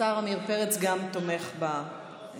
השר עמיר פרץ תומך בהצעה.